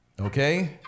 okay